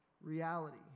reality